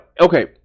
okay